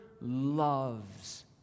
loves